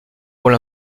rôle